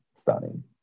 stunning